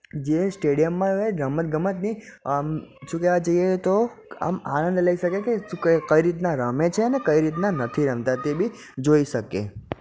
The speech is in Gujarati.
જે સ્ટેડિયમમાં હોય રમતગમતની આમ શું કહેવા જઈએ તો આમ આનંદ લઈ શકે કે કઈ કઈ રીતના રમે છે અને કઈ રીતના નથી રમતા તે બી જોઈ શકે